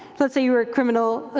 let's say you're a criminal,